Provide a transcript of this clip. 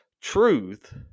truth